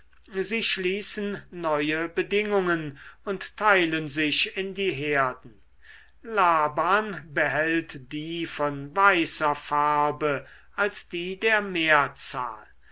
sie schließen neue bedingungen und teilen sich in die herden laban behält die von weißer farbe als die der mehrzahl